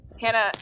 Hannah